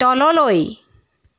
তললৈ